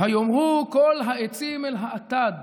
ויאמרו כל העצים אל האטד